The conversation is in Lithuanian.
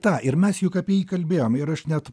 tą ir mes juk apie jį kalbėjom ir aš net